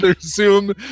Zoom